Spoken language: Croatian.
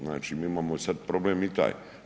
Znači mi imamo sad problem i taj.